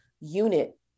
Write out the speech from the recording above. unit